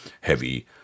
heavy